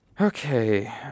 Okay